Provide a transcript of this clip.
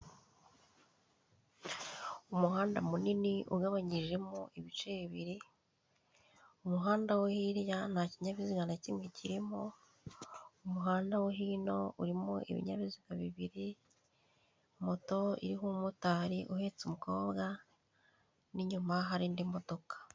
Umuhanda munini ugabanyijemo ibice bibiri, umuhanda wo hirya nta kinyabiziga kirimo, umuhanda wo hino urimo ibinyabiziga bibiri, moto iriho umumotari uhetse umukobwa, n'inyuma hari indi modoka.